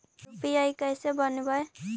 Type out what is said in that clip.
UPI कैसे बनइबै?